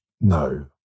no